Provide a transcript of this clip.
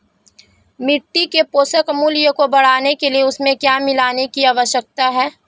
मिट्टी के पोषक मूल्य को बढ़ाने के लिए उसमें क्या मिलाने की आवश्यकता है?